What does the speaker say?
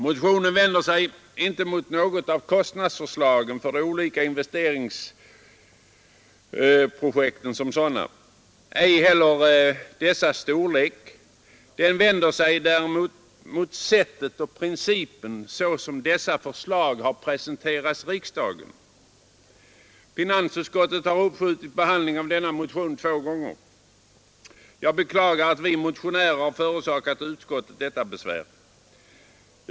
Motionen vänder sig inte mot något av kostnadsförslagen för de olika investeringsprojekten som sådana, ej heller dessas storlek. Den vänder sig däremot mot sättet och principen för hur dessa förslag har presenterats riksdagen. Finansutskottet har uppskjutit behandlingen av denna motion två gånger. Jag beklagar att vi motionärer har förorsakat utskottet detta besvär.